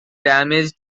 damage